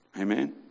Amen